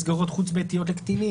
מסגרות חוץ ביתיות לקטינים.